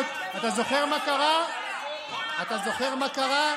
עליתי לפני ואמרתי: זה לא יעבור לכם.